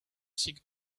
seek